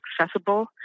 accessible